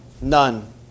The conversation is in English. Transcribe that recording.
None